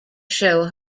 show